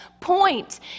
point